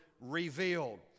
revealed